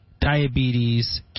diabetes